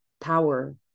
power